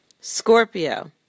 Scorpio